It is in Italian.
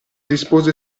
rispose